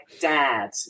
dad